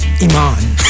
Iman